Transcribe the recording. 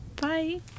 bye